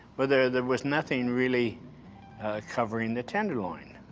but there there was nothing really covering the tenderloin,